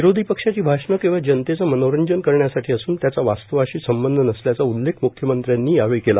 विरोधी पक्षाची भाषणं केवळ जनतेचं मनोरंजन करण्यासाठी असून त्याचा वास्तवाशी संबंध नसल्याचा उल्लेख मुख्यमंत्र्यांनी केला